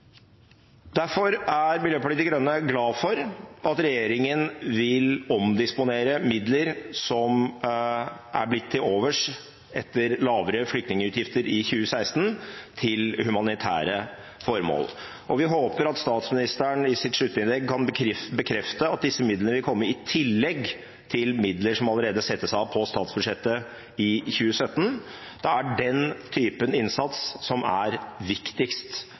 Derfor er Miljøpartiet De Grønne glad for at regjeringen vil omdisponere midler som er blitt til overs etter lavere flyktningutgifter i 2016, til humanitære formål. Vi håper at statsministeren i sitt sluttinnlegg kan bekrefte at disse midlene vil komme i tillegg til midler som allerede settes av på statsbudsjettet i 2017. Det er den typen innsats som er viktigst